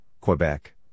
Quebec